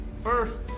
First